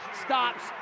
stops